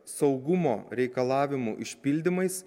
saugumo reikalavimų išpildymas